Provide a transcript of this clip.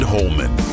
Holman